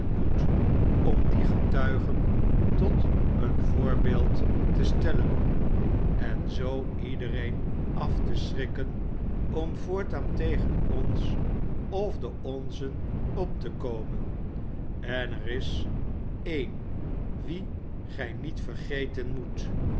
moet om die getuigen tot een voorbeeld te stellen en zoo iedereen af te schrikken om voortaan tegen ons of de onzen op te komen en er isereen wien grj niet vergeten moet